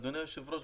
אדוני היושב-ראש,